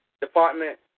Department